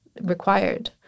required